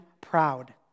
proud